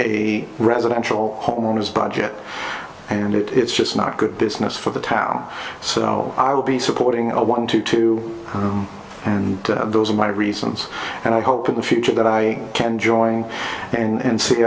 the residential homeowners budget and it's just not good business for the town so i will be supporting a one to two and those are my reasons and i hope in the future that i can join and